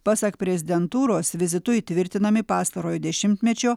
pasak prezidentūros vizitu įtvirtinami pastarojo dešimtmečio